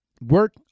work